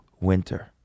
winter